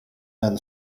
then